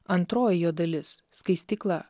antroji jo dalis skaistykla